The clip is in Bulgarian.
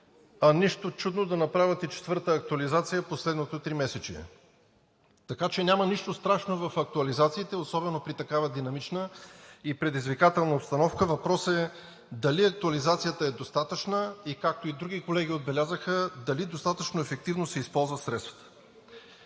а нищо чудно да направят и четвърта актуализация в последното тримесечие. Така че няма нищо страшно в актуализациите, особено при такава динамична и предизвикателна обстановка. Въпросът е дали актуализацията е достатъчна, както и други колеги отбелязаха, дали достатъчно ефективно се използват средствата?